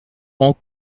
rend